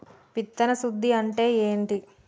విత్తన శుద్ధి అంటే ఏంటి?